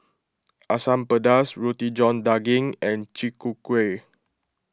Asam Pedas Roti John Daging and Chi Kak Kuih